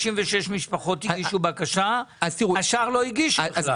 556 משפחות הגישו בקשה, השאר לא הגישו בכלל.